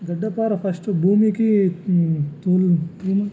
గడ్డ పార ఫస్టు భూమికి